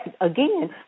again